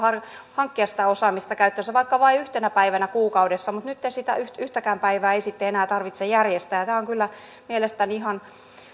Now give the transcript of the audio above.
hankkia sitä osaamista käyttöönsä vaikka vain yhtenä päivänä kuukaudessa mutta nytten sitä yhtäkään päivää ei sitten enää tarvitse järjestää tämä on kyllä mielestäni ihan